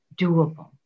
doable